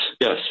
yes